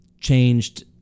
changed